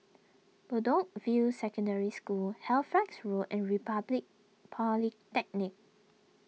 Bedok View Secondary School Halifax Road and Republic Polytechnic